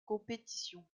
compétitions